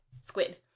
squid